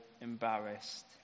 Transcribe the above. embarrassed